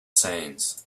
sands